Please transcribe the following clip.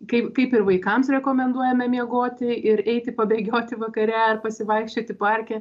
kaip kaip ir vaikams rekomenduojame miegoti ir eiti pabėgioti vakare ar pasivaikščioti parke